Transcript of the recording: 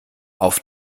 auf